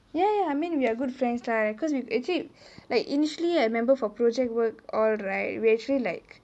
ya ya I mean we are good friends lah because with actually like initially I remember for project work all right we actually like